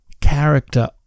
character